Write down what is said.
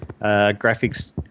graphics